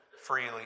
freely